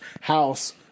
house